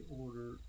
order